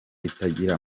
itagira